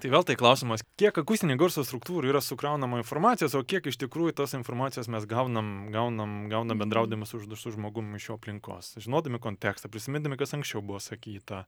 tai vėl tai klausimas kiek akustinėj garso struktūroj yra sukraunama informacijos o kiek iš tikrųjų tos informacijos mes gaunam gaunam gaunam bendraudami su su žmogum iš jo aplinkos žinodami kontekstą prisimindami kas anksčiau buvo sakyta